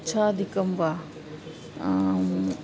आच्छादकं वा